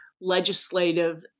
legislative